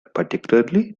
particularly